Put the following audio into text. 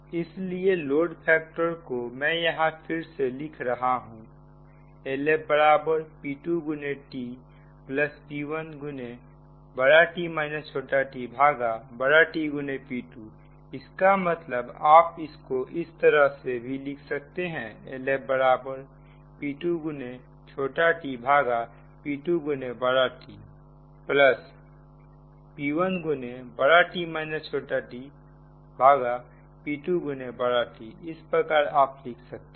इस load factor को मैं यहां फिर से लिख रहा हूं LFp2tp1Tp2 इसका मतलब आप इसको इस तरह से भी लिख सकते हैं LFp2tp2TP1p2Tइस प्रकार आप लिख सकते हैं